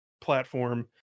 platform